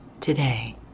today